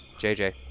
JJ